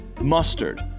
mustard